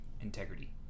integrity